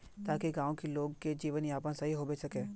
ताकि गाँव की लोग के जीवन यापन सही होबे सके?